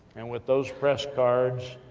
and with those press cards,